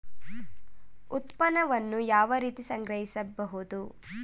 ಉತ್ಪನ್ನವನ್ನು ಯಾವ ರೀತಿ ಸಂಗ್ರಹಿಸಬಹುದು?